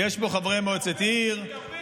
יש פה חברי מועצת עיר,